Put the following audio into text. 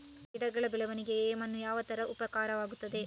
ಗಿಡಗಳ ಬೆಳವಣಿಗೆಯಲ್ಲಿ ಮಣ್ಣು ಯಾವ ತರ ಉಪಕಾರ ಆಗ್ತದೆ?